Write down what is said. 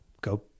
go